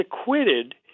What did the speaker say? acquitted